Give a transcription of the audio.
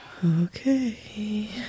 Okay